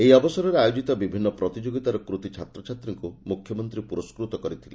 ଏହି ଅବସରରେ ଆୟୋଜିତ ବିଭିନ୍ ପ୍ରତିଯୋଗିତାର କୃତି ଛାତ୍ରଛାତ୍ରୀଙ୍କୁ ମୁଖ୍ୟମନ୍ତୀ ପୁରସ୍କୃତ କରିଥିଲେ